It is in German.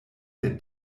der